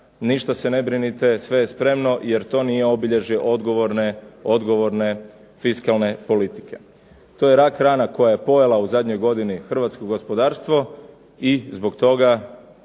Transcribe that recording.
ništa se ne brinite, sve je spremno, jer to nije rješenje odgovorne fiskalne politike. To je rak rana koja je pojela u zadnjoj godini Hrvatsko gospodarstvo i zbog toga